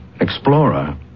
Explorer